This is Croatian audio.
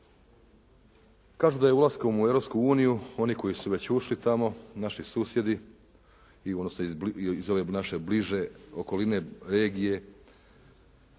Kažu da je ulaskom u Europsku uniju oni koji su već ušli tamo naši susjedi i odnosno iz ove naše bliže okoline, regije,